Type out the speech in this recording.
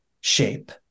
shape